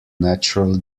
natural